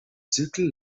zirkel